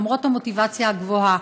למרות המוטיבציה הגבוהה.